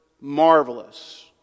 marvelous